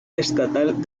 estatal